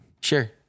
Sure